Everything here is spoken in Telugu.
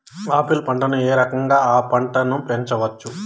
ఆపిల్ పంటను ఏ రకంగా అ పంట ను పెంచవచ్చు?